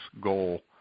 goal